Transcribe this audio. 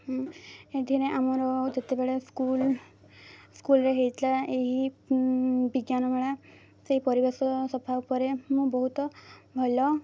ଏଠିରେ ଆମର ଯେତେବେଳେ ସ୍କୁଲ୍ ସ୍କୁଲ୍ରେ ହେଇଥିଲା ଏହି ବିଜ୍ଞାନ ମେଳା ସେଇ ପରିବେଶ ସଫା ଉପରେ ମୁଁ ବହୁତ ଭଲ